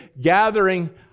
gathering